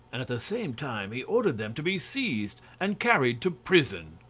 and at the same time he ordered them to be seized and carried to prison.